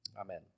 Amen